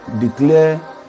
Declare